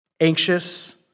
anxious